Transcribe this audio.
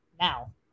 now